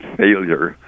failure